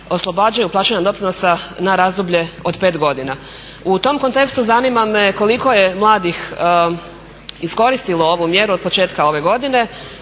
oslobađaju plaćanja doprinosa na razdoblje od 5 godina. U tom kontekstu zanima me koliko je mladih iskoristilo ovu mjeru od početka ove godine,